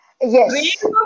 yes